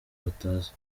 batazi